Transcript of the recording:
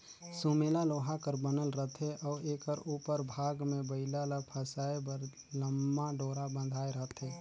सुमेला लोहा कर बनल रहथे अउ एकर उपर भाग मे बइला ल फसाए बर लम्मा डोरा बंधाए रहथे